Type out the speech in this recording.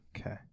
Okay